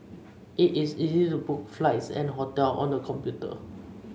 it is easy to book flights and hotel on the computer